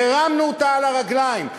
והרמנו אותה על הרגליים,